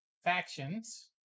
Factions